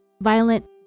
violent